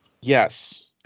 Yes